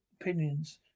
opinions